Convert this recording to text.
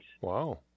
Wow